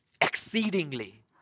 exceedingly